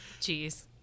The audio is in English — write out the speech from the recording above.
Jeez